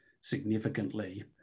significantly